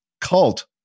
cult